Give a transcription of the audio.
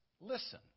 listen